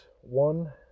one